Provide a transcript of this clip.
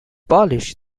polish